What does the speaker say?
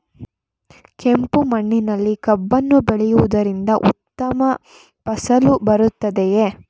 ಕೆಂಪು ಮಣ್ಣಿನಲ್ಲಿ ಕಬ್ಬನ್ನು ಬೆಳೆಯವುದರಿಂದ ಉತ್ತಮ ಫಸಲು ಬರುತ್ತದೆಯೇ?